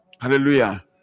Hallelujah